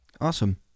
Awesome